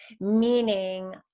Meaning